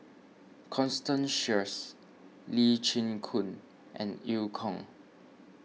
Constance Sheares Lee Chin Koon and Eu Kong